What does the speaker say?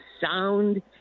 sound